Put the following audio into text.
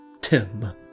Tim